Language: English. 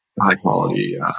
high-quality